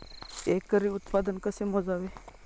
एकरी उत्पादन कसे मोजावे?